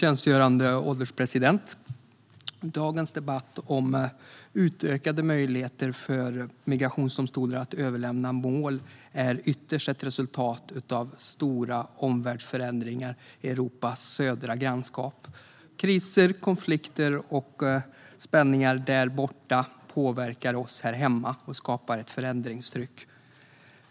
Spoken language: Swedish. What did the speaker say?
Fru ålderspresident! Dagens debatt om utökade möjligheter för migrationsdomstolar att överlämna mål är ytterst ett resultat av stora omvärldsförändringar i Europas södra grannskap. Kriser, konflikter och spänningar där borta påverkar oss här hemma och skapar ett förändringstryck.